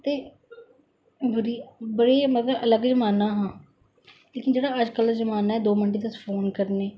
ते बडै गे मतलब अलग जमाना हा लैकिन जेहड़ा अजकल दा जमाना ऐ दो मिन्ट च तुस फोन करने